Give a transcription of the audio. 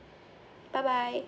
bye bye